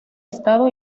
estado